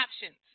options